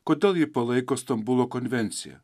kodėl ji palaiko stambulo konvenciją